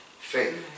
Faith